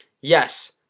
yes